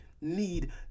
need